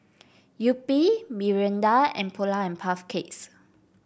Yupi Mirinda and Polar and Puff Cakes